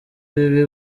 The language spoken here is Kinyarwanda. bibi